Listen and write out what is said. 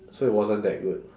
so it wasn't that good